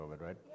right